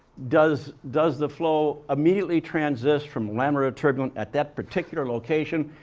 does does the flow immediately transist from laminar turbulent at that particular location?